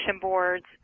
boards